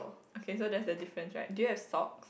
okay so that's a different right do you have sock